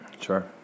sure